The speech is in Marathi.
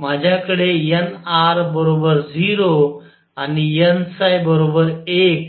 माझ्याकडे nr 0 आणि n 1असे असू शकते